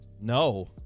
No